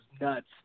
nuts